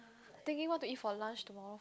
thinking what to eat for lunch tomorrow